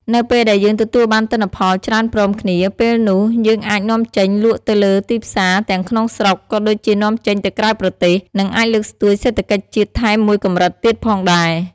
នៅពេលដែលយើងទទួលបានទិន្នផលច្រើនព្រមគ្នា ពេលនោះយើងអាចនាំចេញលក់ទៅលើទីផ្សារ ទាំងក្នុងស្រុក ក៏ដូចជានាំចេញទៅក្រៅប្រទេស នឹងអាចលើកស្ទួយសេដ្ឋកិច្ចជាតិថែមមួយកម្រិតទៀតផងដែរ។